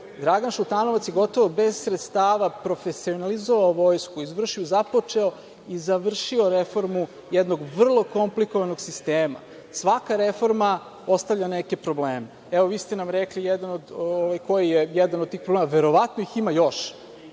Dragan Šutanovac je gotovo bez sredstava profesionalizovao Vojsku, započeo i završio reformu jednog vrlo komplikovanog sistema. Svaka reforma ostavlja neke probleme. Vi ste nam rekli koji je jedan od tih problema. Verovatno ih ima još,